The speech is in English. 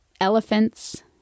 elephants